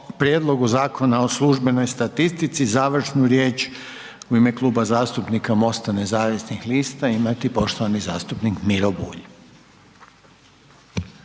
prijedlogu Zakona o službenoj statistici završnu riječ u ime Kluba zastupnika MOST-a nezavisnih lista imati poštovani zastupnik Miro Bulj.